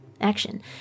action